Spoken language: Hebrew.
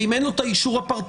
אם אין לו את האישור הפרטני,